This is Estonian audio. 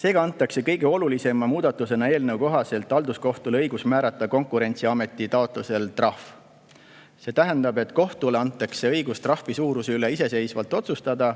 Seega antakse kõige olulisema muudatusena eelnõu kohaselt halduskohtule õigus määrata Konkurentsiameti taotlusel trahv. See tähendab, et kohtule antakse õigus trahvi suuruse üle iseseisvalt otsustada